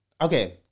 okay